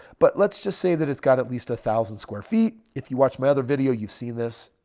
but let's just say that it's got at least a thousand square feet. if you watch my other video, you've seen this.